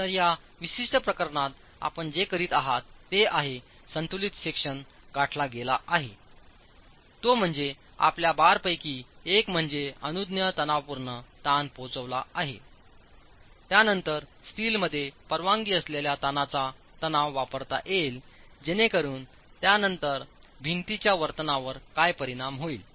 तर या विशिष्ट प्रकरणात आपण जे करीत आहात ते आहे संतुलित सेक्शन गाठला गेला आहे तो म्हणजे आपल्या बार पैकी एक म्हणजे अनुज्ञेय तणावपूर्ण ताण पोहोचला आहे त्यानंतर स्टीलमध्ये परवानगी असलेल्या तणावाचा तणाव वापरता येईल जेणेकरून त्यानंतर भिंतीच्या वर्तनावर काय परिणाम होईल